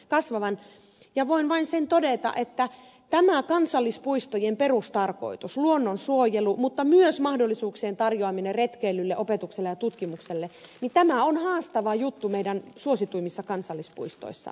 voin vain sen todeta että tämä kansallispuistojen perustarkoitus luonnonsuojelu mutta myös mahdollisuuksien tarjoaminen retkeilylle opetukselle ja tutkimukselle on haastava juttu meidän suosituimmissa kansallispuistoissamme